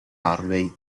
harvey